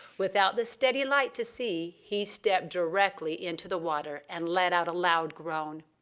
without the steady light to see, he stepped directly into the water and let out a loud groan.